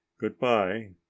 Goodbye